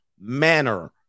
manner